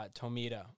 Tomita